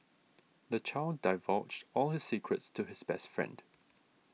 the child divulged all his secrets to his best friend